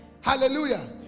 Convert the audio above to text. Hallelujah